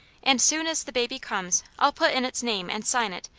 and soon as the baby comes i'll put in its name and sign it,